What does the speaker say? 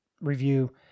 review